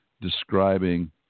describing